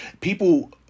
people